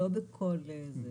לא בכל זה.